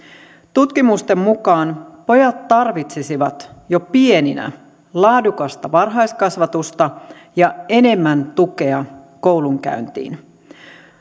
tutkimusten mukaan pojat tarvitsisivat jo pieninä laadukasta varhaiskasvatusta ja enemmän tukea koulunkäyntiin